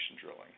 drilling